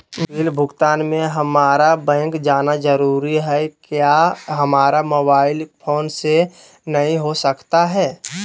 Bill भुगतान में हम्मारा बैंक जाना जरूर है क्या हमारा मोबाइल फोन से नहीं हो सकता है?